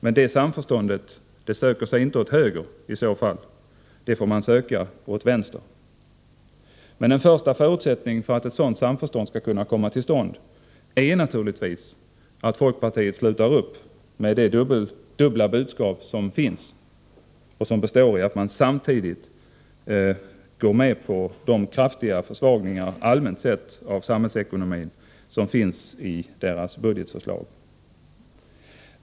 Men det samförståndet kan man inte söka åt höger, utan det får i så fall sökas åt vänster. En första förutsättning för att ett sådant samförstånd skall kunna komma till stånd är naturligtvis att folkpartiet slutar upp med sitt dubbla budskap. Det består i att folkpartiet, samtidigt som man föreslår dessa åtgärder på handikappområdet, går med på de allmänt sett kraftiga försvagningar av samhällsekonomin som partiets budgetförslag innebär.